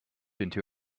into